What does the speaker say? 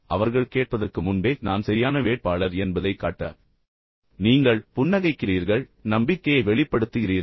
அவர்கள் கேட்பதற்கு முன்பே நான் சரியான வேட்பாளர் என்பதை அவர்களுக்குக் காட்ட நீங்கள் புன்னகைக்கிறீர்கள் நம்பிக்கையை வெளிப்படுத்துகிறீர்கள்